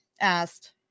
asked